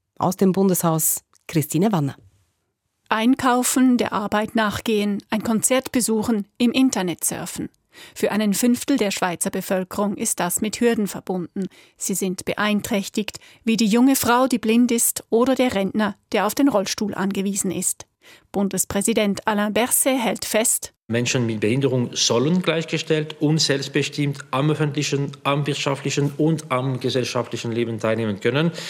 Aus dem Bundeshaus, Christine Wanner. Einkaufen, der Arbeit nachgehen, ein Konzert besuchen, im Internet surfen. Für einen Fünftel der Schweizer Bevölkerung ist das mit Hürden verbunden. Sie sind beeinträchtigt, wie die junge Frau, die blind ist, oder der Rentner, der auf den Rollstuhl angewiesen ist. Bundespräsident Alain Berset hält fest: Menschen mit Behinderung sollen gleichgestellt und selbstbestimmt am öffentlichen, am wirtschaftlichen und am gesellschaftlichen Leben teilnehmen können.